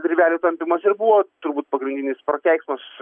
virvelių tampymas ir buvo turbūt pagrindinis prakeiksmas